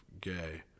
gay